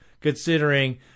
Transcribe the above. considering